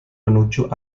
menuju